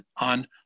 on